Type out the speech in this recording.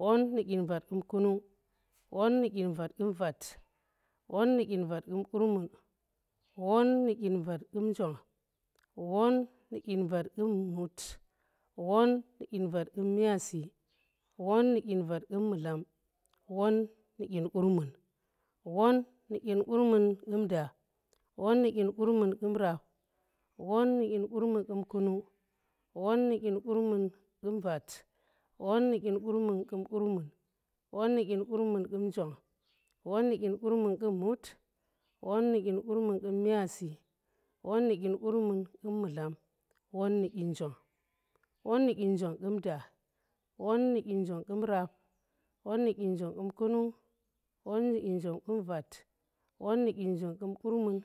won nu dyin vat qum kunung. won nu dyin vat qum vat. won nu dyin vat qum qurmun. won nu dyin vat qum njong. won nu dyin vat qum mut. won nu dyin vat qum myazi. won nu dyin vat qum mudlam. won nu dyin vat qurmin. won nu dyin vat qurmin qun nda. won nu dyin vat qurmin qun rap. won nu dyin vat qurmin qun kunung. won nu dyin vat qurmin qun vat. won nu dyin vat qurmin qun qurmun. won nu dyin vat qurmin qun njong. won nu dyin vat qurmin qun mut. won nu dyin vat qurmin qun myazi. won nu dyin vat qurmin qun mudlam. won nu dyin jong. won nu dyin jong qum da. won nu dyin jong qum rap. won nu dyin jong qum kunung. won nu dyin jong qum vat won nu dyin jong qum qurmun.